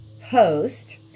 host